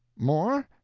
more?